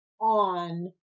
on